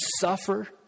suffer